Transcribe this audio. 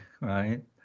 right